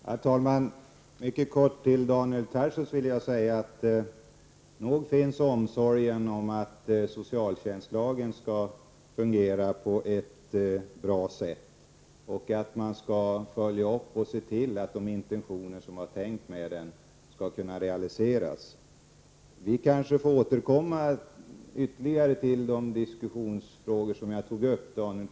Herr talman! Jag vill mycket kort till Daniel Tarschys säga att visst finns omsorgen när det gäller att socialtjänstlagen skall fungera på ett bra sätt och i fråga om att man skall följa upp den och se till att lagens intentioner skall kunna fullföljas. Vi får kanske återkomma ytterligare till de frågor som jag tog upp till diskussion.